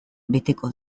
beteko